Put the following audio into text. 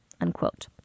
Unquote